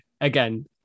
Again